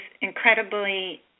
incredibly